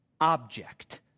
object